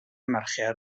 mercher